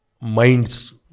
minds